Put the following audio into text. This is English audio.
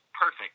perfect